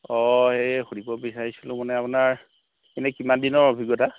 অঁ এই সুধিব বিচাৰিছিলোঁ মানে আপোনাৰ এনেই কিমান দিনৰ অভিজ্ঞতা